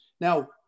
Now